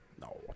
No